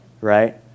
right